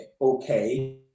okay